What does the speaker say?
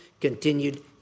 continued